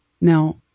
Now